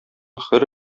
хөр